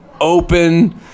open